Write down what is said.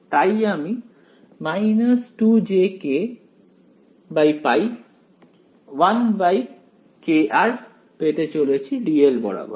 তাই আমি 2jkπ 1kr integrate পেতে চলেছি dl বরাবর